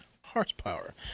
horsepower